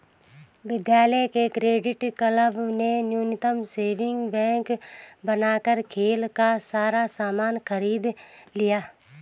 विद्यालय के cricket club ने म्यूचल सेविंग बैंक बनाकर खेल का सारा सामान खरीद लिया